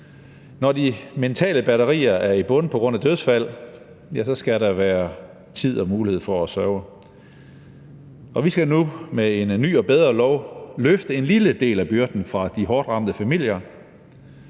Når de mentale batterier er i bund på grund af dødsfald, ja, så skal der være tid og mulighed for at sørge, og vi skal nu med en ny og bedre lov løfte en lille af del af byrden fra de hårdt ramte familer.